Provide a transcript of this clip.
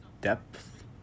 depth